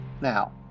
now